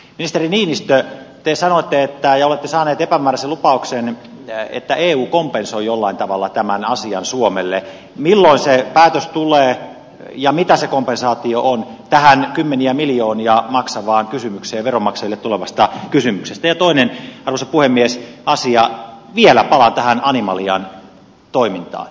esteri niistä ei sano että ei ole saaneet omansa lupauksen ja että eu kompensoi jollain tavalla tämän asian suomelle millaiseen päätös tulee ja mitä se kompensaatio on tähän kymmeniä miljoonia maksavaan kysymykseen armakselle tulevasta kysymyksestä ja toinen osapuoli mies asian vielä olla tähän animalian toimintaan